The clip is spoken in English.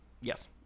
Yes